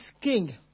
king